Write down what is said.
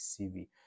cv